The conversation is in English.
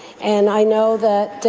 and i know that